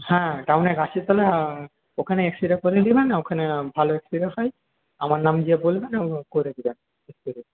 হ্যাঁ টাউনে গাছের তলায় ওখানে এক্স রে করে নেবেন ওখানে ভালো এক্স রে হয় আমার নাম নিয়ে বলবেন ও করে দেবে এক্স রে